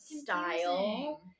style